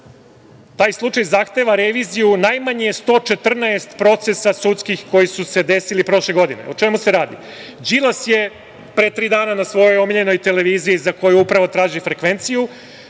Taj slučaj zahteva reviziju najmanje 114 sudskih procesa koji su se desili prošle godine. O čemu se radi? Đilas je pre tri dana na svojoj omiljenoj televiziji, za koju upravo traži frekvenciju,